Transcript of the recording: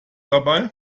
dabei